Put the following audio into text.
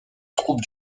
troupes